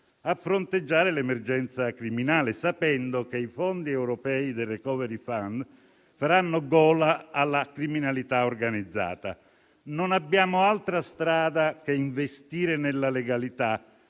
a fronteggiare l'emergenza criminale, sapendo che i fondi europei del *recovery fund* faranno gola alla criminalità organizzata. Non abbiamo altra strada che investire nella legalità